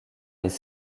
les